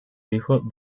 hijo